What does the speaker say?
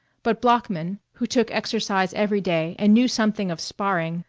but bloeckman, who took exercise every day and knew something of sparring,